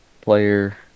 player